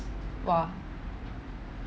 !wah!